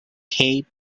cape